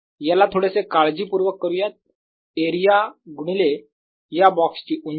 याला थोडेसे काळजीपूर्वक करूयात एरिया गुणिले या बॉक्स ची उंची